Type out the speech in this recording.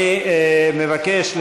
אני מבקש,